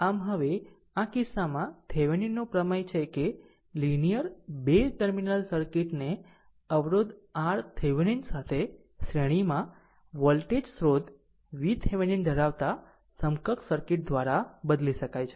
આમ હવે આ કિસ્સામાં થેવેનિન નો પ્રમેય છે કે લીનીયર ર 2 ટર્મિનલ સર્કિટને અવરોધ RThevenin સાથે શ્રેણીમાં વોલ્ટેજ સ્ત્રોત VThevenin ધરાવતા સમકક્ષ સર્કિટ દ્વારા બદલી શકાય છે